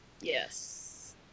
Yes